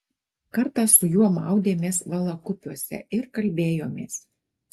kartą su juo maudėmės valakupiuose ir kalbėjomės